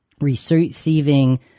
receiving